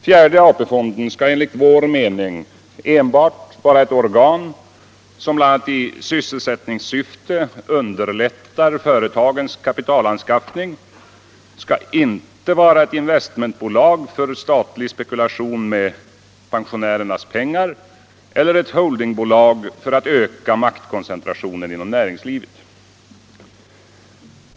Fjärde AP fonden skall enligt vår uppfattning enbart vara ett organ, som i bl.a. sysselsättningssyfte underlättar företagens kapitalanskaffning — inte ett investmentbolag för statlig spekulation med pensionärernas pengar eller ett holdingbolag för att öka maktkoncentrationen inom näringslivet.